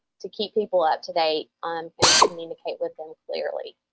to keep people up-to-date um and communicate with them clearly.